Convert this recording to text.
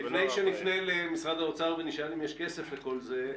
לפני שנפנה למשרד האוצר ונשאל אם יש כסף לכל זה,